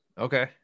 Okay